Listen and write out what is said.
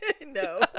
no